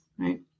Right